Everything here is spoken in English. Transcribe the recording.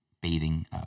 bathing